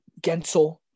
Gensel